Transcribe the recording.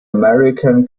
american